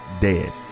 dead